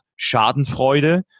Schadenfreude